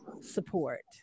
support